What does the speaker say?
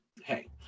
hey